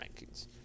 rankings